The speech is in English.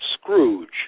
Scrooge